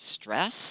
stress